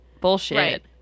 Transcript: bullshit